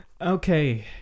Okay